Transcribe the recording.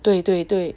对对对